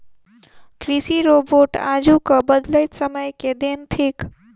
कृषि रोबोट आजुक बदलैत समय के देन थीक